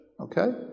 Okay